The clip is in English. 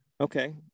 Okay